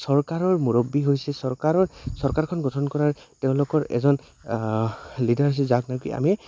চৰকাৰৰ মুৰব্বী হৈছে চৰকাৰৰ চৰকাৰখন গঠন কৰাৰ তেওঁলোকৰ এজন লিডাৰশ্বিপ যাক নেকি আমি